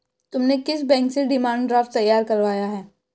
तुमने किस बैंक से डिमांड ड्राफ्ट तैयार करवाया है?